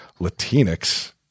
Latinx